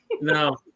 No